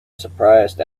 surprised